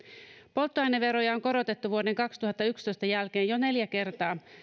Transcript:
polttoaineveroja on korotettu vuoden kaksituhattayksitoista jälkeen jo neljä kertaa